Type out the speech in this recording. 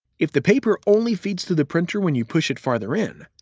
if the paper only feeds through the printer when you push it farther in,